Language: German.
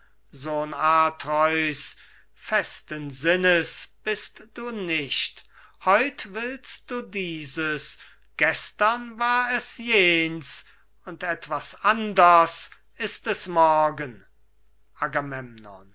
sohn atreus festen sinnes bist du nicht heut willst du dieses gestern war es jen's und etwas anders ist es morgen